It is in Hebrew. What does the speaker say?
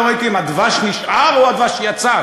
לא ראיתי אם הדבש נשאר או הדבש יצא.